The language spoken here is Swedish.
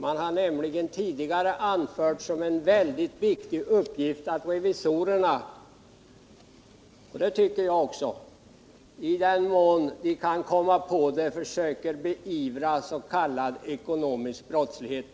Man har nämligen tidigare anfört som en väldigt viktig uppgift för revisorerna — och det tycker jag också att det är — att de i den mån de kan komma på sådan försöker beivra s.k. ekonomisk brottslighet.